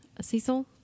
Cecil